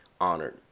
honored